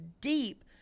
deep